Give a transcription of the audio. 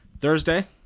Thursday